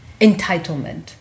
Entitlement